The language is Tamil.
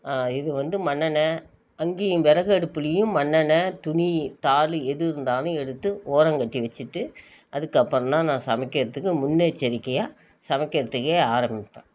இது வந்து மண்ணெண்ணெய் அங்கேயும் விறகு அடுப்புலேயும் மண்ணெண்ணெய் துணி தாள் எது இருந்தாலும் எடுத்து ஓரங்கட்டி வெச்சுட்டு அதுக்கப்றந்தான் நான் சமைக்கிறதுக்கு முன்னெச்சரிக்கையாக சமைக்கிறதுக்கே ஆரம்மிப்பேன்